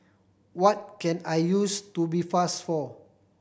what can I use Tubifast for